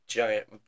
giant